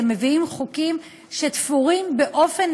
אבל אתם מביאים חוקים שתפורים באופן